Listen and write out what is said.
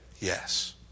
yes